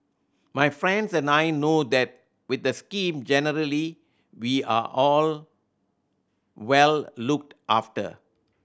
my friends and I know that with the scheme generally we are all well looked after